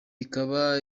ikaba